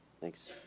Thanks